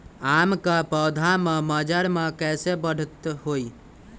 आम क पौधा म मजर म कैसे बढ़त होई?